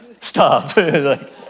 Stop